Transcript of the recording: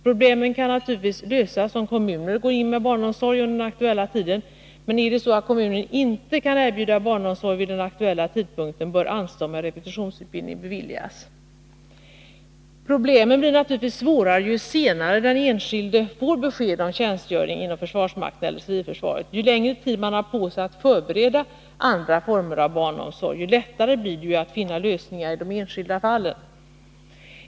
Problemet kan naturligtvis lösas om kommunen går in med barnomsorg under den aktuella tiden, men är det så att kommunen inte kan erbjuda barnomsorg vid den aktuella tidpunkten, bör anstånd med repetitionsutbildningen beviljas. Problemen blir naturligtvis svårare ju senare den enskilde får besked om tjänstgöring inom försvarsmakten eller civilförsvaret. Ju längre tid man har på sig att förbereda andra former av barnomsorg, desto lättare blir det att finna lösningar i de enskilda fallen.